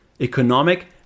economic